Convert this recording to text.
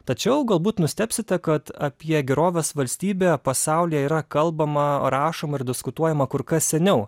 tačiau galbūt nustebsite kad apie gerovės valstybę pasaulyje yra kalbama rašoma ir diskutuojama kur kas seniau